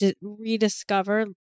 rediscover